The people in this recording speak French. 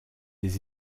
des